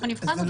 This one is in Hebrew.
נבחן אותה.